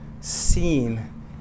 seen